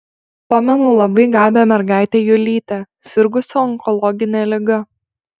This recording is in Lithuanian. pamenu labai gabią mergaitę julytę sirgusią onkologine liga